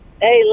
Hey